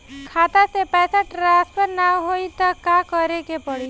खाता से पैसा ट्रासर्फर न होई त का करे के पड़ी?